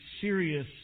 serious